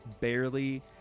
barely